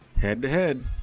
Head-to-head